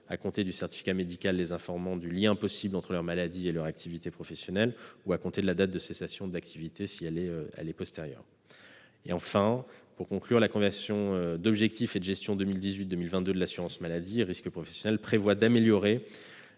à compter du certificat médical les informant du lien possible entre leur maladie et leur activité professionnelle ou à compter de la date de cessation d'activité si elle est postérieure. Enfin, la convention d'objectifs et de gestion 2018-2022 de l'assurance maladie-risques professionnels prévoit d'améliorer